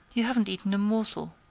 you haven't eaten a morsel.